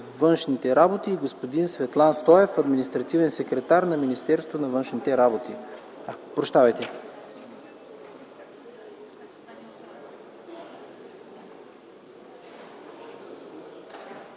външните работи, и господин Светлан Стоев – административен секретар на Министерството на външните работи. ПРЕДСЕДАТЕЛ